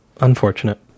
Unfortunate